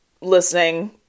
listening